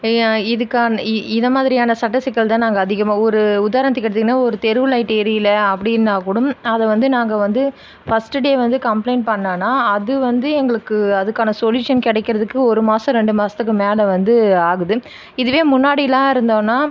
யா இதற்கான இ இதைமாதிரியான சட்ட சிக்கல் தான் நாங்கள் அதிகமாக ஒரு உதாரணத்துக்கு எடுத்துக்குன்னா ஒரு தெருவு லைட் ஏரியல அப்படினா கூடும் அதை வந்து நாங்கள் வந்து ஃபர்ஸ்ட் டே வந்து காம்ப்லைன்ட் பண்ணான அது வந்து எங்களுக்கு அதற்கான சொலுஷன் கிடைக்கறதுக்கு ஒரு மாதம் ரெண்டு மாதத்துக்கு மேலே வந்து ஆகுது இதுவே முன்னாடிலாம் இருந்தோன்னா